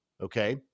Okay